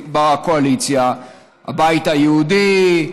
הבית היהודי,